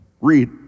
Read